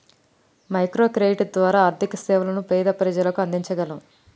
micro credit ద్వారా ఆర్థిక సేవలను పేద ప్రజలకు అందించగలం